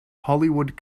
hollywood